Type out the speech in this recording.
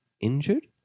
injured